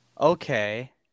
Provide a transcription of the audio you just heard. Okay